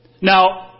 Now